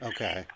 Okay